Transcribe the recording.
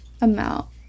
amount